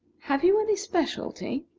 have you any specialty?